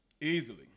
Easily